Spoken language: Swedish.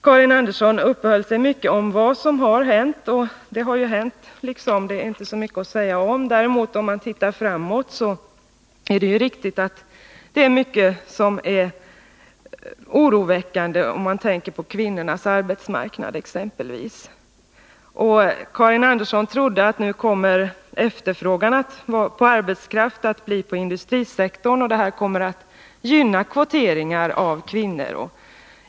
Karin Andersson uppehöll sig mycket vid vad som har hänt. Det är inte så mycket att säga om det. Om man däremot ser framåt är det mycket som är oroväckande, t.ex. när det gäller kvinnornas arbetsmarknad. Karin Andersson trodde att efterfrågan på arbetskraft nu kommer att uppstå på industrisektorn och att det kommer att gynna kvoteringar av kvinnor.